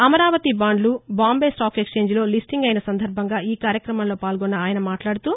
అమరావతి బాంధ్ల Bombay stock ఎక్సేంజ్లో listing అయిన సందర్భంగా ఈ కార్యక్రమంలో పాల్గొన్న ఆయన మాట్లాదుతూ